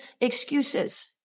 excuses